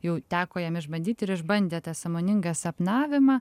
jau teko jam išbandyt ir išbandė tą sąmoningą sapnavimą